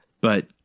but-